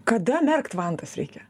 kada merkt vantas reikia